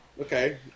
okay